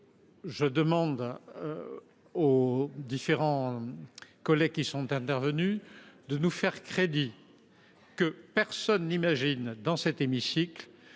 je demande aux différents collègues qui sont intervenus de nous faire crédit sur ce point : personne n’imagine dans cet hémicycle